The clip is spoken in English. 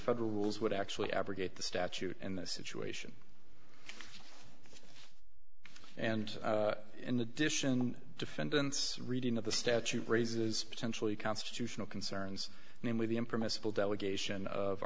federal rules would actually abrogate the statute in this situation and in addition defendant's reading of the statute raises potentially constitutional concerns namely the impermissible delegation of